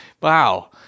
Wow